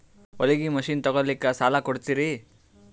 ಹೊಲಗಿ ಮಷಿನ್ ತೊಗೊಲಿಕ್ಕ ಸಾಲಾ ಕೊಡ್ತಿರಿ?